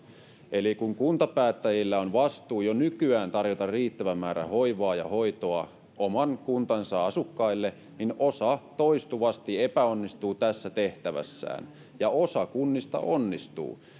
eli kun kuntapäättäjillä on vastuu jo nykyään tarjota riittävä määrä hoivaa ja hoitoa oman kuntansa asukkaille niin osa toistuvasti epäonnistuu tässä tehtävässään ja osa kunnista onnistuu